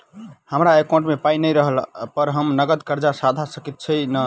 हमरा एकाउंट मे पाई नै रहला पर हम नगद कर्जा सधा सकैत छी नै?